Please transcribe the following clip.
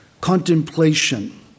contemplation